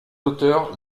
auteurs